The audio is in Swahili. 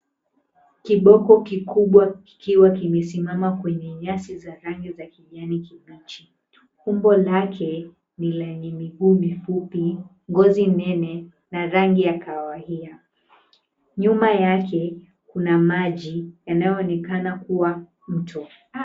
Kiboko kikubwa kikiwa kimesimama kwenye nyasi za rangi za kijani kibichi. Umbo lake ni lenye miguu mifupi, ngozi nene na rangi ya kawahia. Nyuma yake kuna maji yanayoonekana kuwa mto.